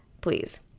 please